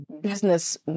business